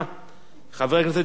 חבר הכנסת ג'מאל זחאלקה,